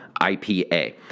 IPA